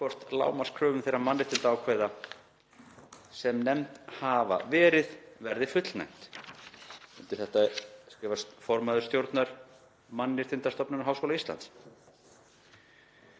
hvort lágmarkskröfum þeirra mannréttindaákvæða sem nefnd hafa verið verði fullnægt.“ Undir þetta skrifar formaður stjórnar Mannréttindastofnunar Háskóla Íslands.